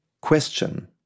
question